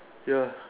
ya